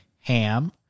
ham